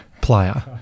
player